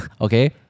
Okay